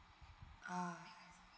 ah